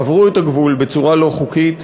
עברו את הגבול בצורה לא חוקית,